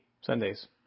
Sundays